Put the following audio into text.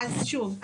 שוב,